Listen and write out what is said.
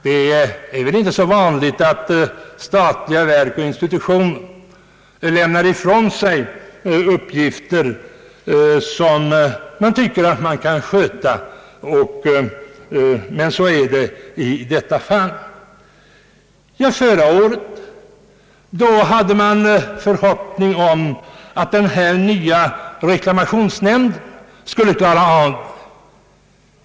Det är inte så vanligt att statliga verk och institutioner lämnar ifrån sig uppgifter som de tycker att de själva kan sköta, men så har skett i detta fall enligt herr Hedlunds uttalande. Förra året hoppades man att den nya reklamationsnämnden skulle klara av det hela.